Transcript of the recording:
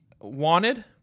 wanted